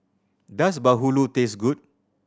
does bahulu taste good